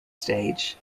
stage